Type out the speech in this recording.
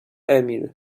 emil